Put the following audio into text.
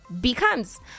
becomes